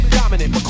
dominant